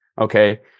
okay